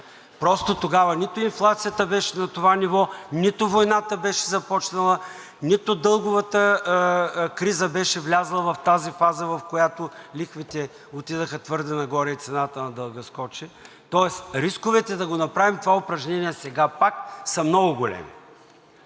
Тогава нито инфлацията беше на това ниво, нито войната беше започнала, нито дълговата криза беше влязла в тази фаза, в която лихвите отидоха твърде нагоре и цената на дълга скочи. Тоест рисковете да го направим това упражнение сега пак, са много големи.